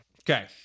okay